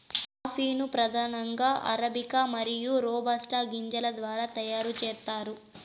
coffee ను ప్రధానంగా arabica మరియు రోబస్టా గింజల ద్వారా తయారు చేత్తారు